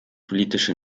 politische